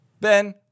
Ben